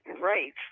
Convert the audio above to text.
Right